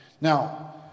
Now